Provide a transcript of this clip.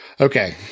Okay